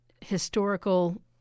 historical